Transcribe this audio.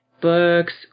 books